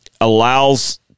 allows